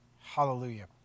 Hallelujah